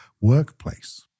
workplace